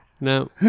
No